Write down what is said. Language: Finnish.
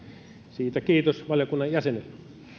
siitä kiitos valiokunnan jäsenille